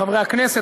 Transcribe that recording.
חברי הכנסת,